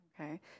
Okay